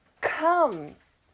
comes